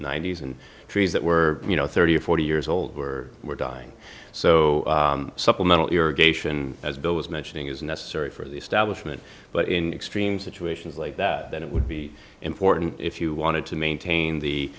ninety's and trees that were you know thirty or forty years old were were dying so supplemental irrigation as bill was mentioning is necessary for the establishment but in extreme situations like that that it would be important if you wanted to maintain the